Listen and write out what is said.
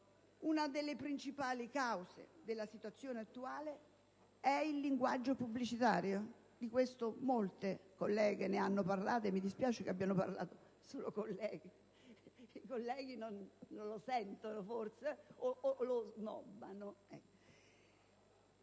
Una delle principali cause della situazione attuale è il linguaggio pubblicitario (di questo molte colleghe hanno parlato, e mi dispiace che abbiano parlato solo le colleghe: i colleghi forse non sentono il tema, o lo snobbano),